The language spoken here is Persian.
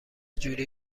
جوری